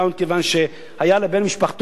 כיוון שהיה לבן משפחתו,